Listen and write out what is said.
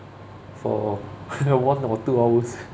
for one or two hours